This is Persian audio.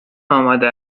آمده